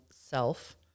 self